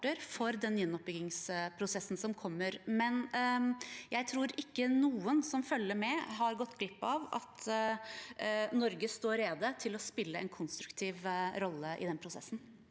for den gjenoppbyggingsprosessen som kommer. Jeg tror ikke noen som følger med, har gått glipp av at Norge står rede til å spille en konstruktiv rolle i den prosessen.